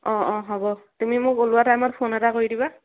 অঁ অঁ হ'ব তুমি মোক ওলোৱা টাইমত ফোন এটা কৰি দিবা